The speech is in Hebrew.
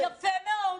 יפה מאוד.